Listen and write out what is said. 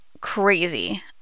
crazy